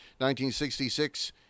1966